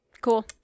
Cool